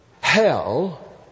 hell